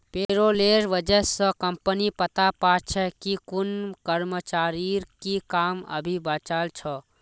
पेरोलेर वजह स कम्पनी पता पा छे कि कुन कर्मचारीर की काम अभी बचाल छ